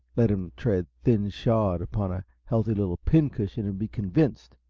let him tread thin-shod upon a healthy little pincushion and be convinced.